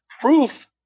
proof